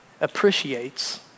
appreciates